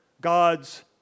God's